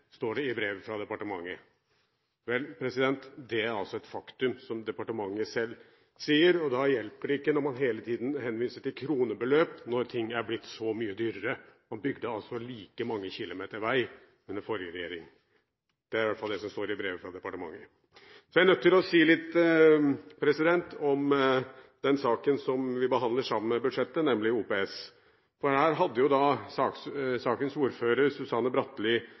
står det i brevet fra departementet. Vel, det er altså et faktum som kommer fra departementet selv, og det hjelper ikke hele tiden å henvise til kronebeløp når ting er blitt så mye dyrere: Man bygde like mange kilometer vei under forrige regjering. Det er i hvert fall det som står i brevet fra departementet. Jeg er nødt til å si litt om den saken vi behandler sammen med budsjettet, nemlig OPS. Sakens ordfører, Susanne Bratli,